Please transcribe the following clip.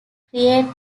create